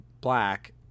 black